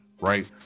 right